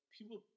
People